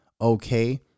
okay